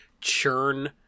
churn